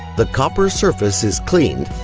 the copper surface is cleaned,